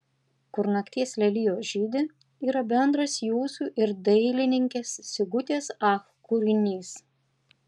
kur nakties lelijos žydi yra bendras jūsų ir dailininkės sigutės ach kūrinys